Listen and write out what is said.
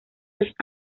los